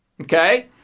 Okay